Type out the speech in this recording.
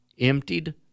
emptied